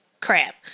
crap